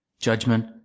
Judgment